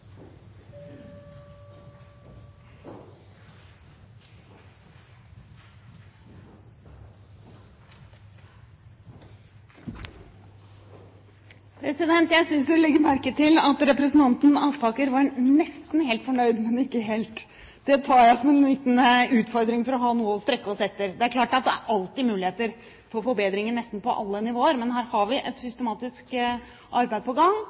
Jeg synes å legge merke til at representanten Aspaker var nesten helt fornøyd, men ikke helt. Det tar jeg som en liten utfordring – for å ha noe å strekke oss etter. Det er klart at det er alltid muligheter til forbedringer nesten på alle nivåer, men her har vi et systematisk arbeid på gang,